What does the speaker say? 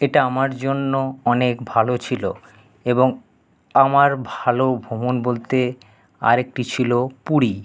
এটা আমার জন্য অনেক ভালো ছিল এবং আমার ভালো ভ্রমণ বলতে আর একটি ছিল পুরী